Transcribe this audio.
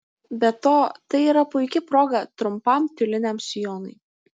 be to tai yra puiki proga trumpam tiuliniam sijonui